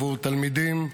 עבור תלמידים,